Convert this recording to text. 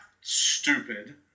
stupid